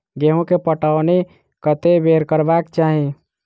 गेंहूँ केँ पटौनी कत्ते बेर करबाक चाहि?